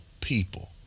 people